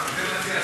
זה מציע דב.